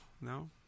no